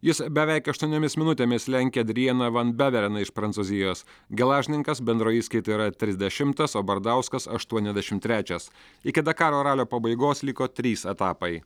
jis beveik aštuoniomis minutėmis lenkia drijaną van bevereną iš prancūzijos gelažninkas bendroj įskaitoje yra trisdešimtas o bardauskas aštuoniasdešim trečias iki dakaro ralio pabaigos liko trys etapai